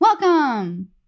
Welcome